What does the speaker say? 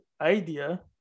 idea